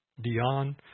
Dion